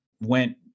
went